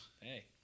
Hey